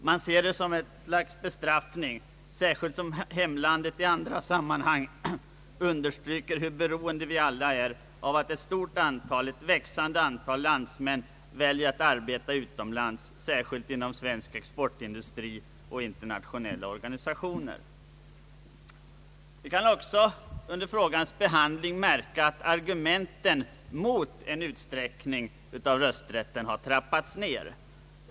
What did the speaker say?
Man ser det som ett slags bestraffning, särskilt som hemlandet i andra sammanhang understryker hur beroende vi alla är av att ett stort antal — och ett växande antal — landsmän väljer att arbeta utomlands, särskilt inom svensk importindustri och i internationella organisationer. Vi kan konstatera att argumenten mot en utsträckning av rösträtten successivt har trappats ned.